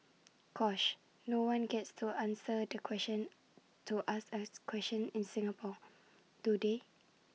gosh no one gets to answer the question to ask as question in Singapore do they